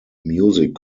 music